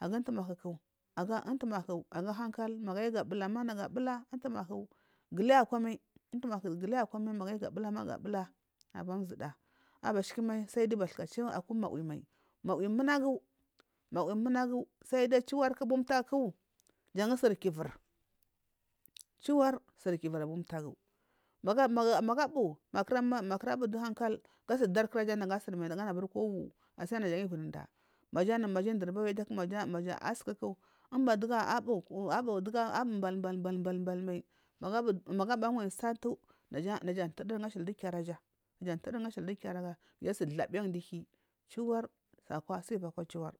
aga undumahu aga umtumahu aga hankal magu ayuga bulama nagua abula guli aiyi akwamai untumahu guli akwamai magu ayuga bulama gabula aban zuda abashikumai akuawi mai mawi munagu mawi munagu sai dai chiwarku mawi munagu mawi munagu sai dai chwarku abumbagu jan suri kivur chiwar suri kivur abumtagu magu abu magukura buduhawo asadu arkuraya nagu asunmai nagu anaburi wu asinajan viri nda maja anu amja indunuba magu abu magukura buduhawu asadu arkuraga nagu asumai nagu anaburi wu asinajan viri nda maja anu maja indunuba ku maja asukuku umbadugu abu balbalmai magu abarwai satu naja turigu du kiraja satu tudurun du kiraja kuja asathlabiyagu du hi chwar su ivukwa chiwar.